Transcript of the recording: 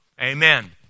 Amen